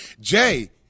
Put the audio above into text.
Jay